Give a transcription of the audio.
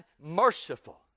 merciful